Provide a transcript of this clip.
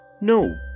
No